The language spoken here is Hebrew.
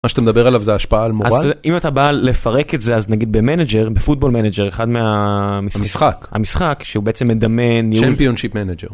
מה שאתה מדבר עליו זה השפעה על מורל? אז אם אתה בא לפרק את זה אז נגיד במנג'ר, בפוטבול מנג'ר אחד מהמשחק, המשחק, שהוא בעצם מדמה ניהול, צ'ימפיונשיפ מנג'ר